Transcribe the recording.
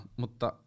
mutta